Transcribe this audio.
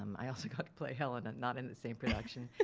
um i also got to play helena, not in the same production.